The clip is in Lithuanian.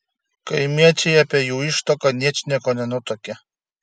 kaimiečiai apie jų ištuoką ničnieko nenutuokė